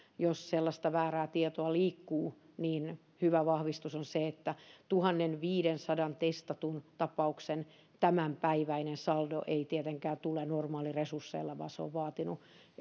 jos sellaista väärää tietoa liikkuu niin hyvä vahvistus on se että tuhannenviidensadan testatun tapauksen tämänpäiväinen saldo ei tietenkään tule normaaliresursseilla vaan on vaatinut